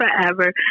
forever